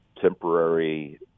temporary